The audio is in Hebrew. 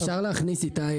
אפשר להכניס, איתי,